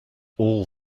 all